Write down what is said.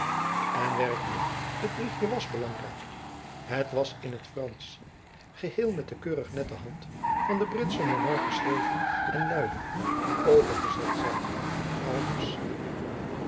en werkelijk het briefjen was belangrijk het was in t fransch geheel met de keurig nette hand van den britschen monarch geschreven en luidde over gezet zijnde aldus